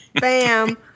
Bam